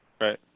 Right